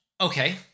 Okay